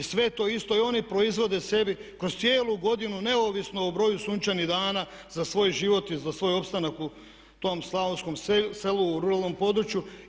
Sve to isto i oni proizvode sebi kroz cijelu godinu, neovisno o broju sunčanih dana za svoj život i za svoj opstanak u tom slavonskom selu u ruralnom području.